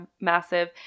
massive